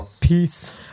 peace